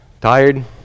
Tired